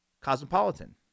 cosmopolitan